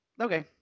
okay